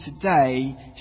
today